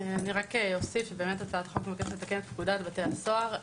אני רק אוסיף שבאמת הצעת החוק מבקשת לתקן את פקודת בתי הסוהר.